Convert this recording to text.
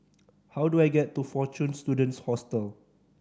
how do I get to Fortune Students Hostel